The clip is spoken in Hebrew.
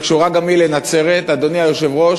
שקשורה גם היא לנצרת: אדוני היושב-ראש,